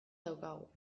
daukagu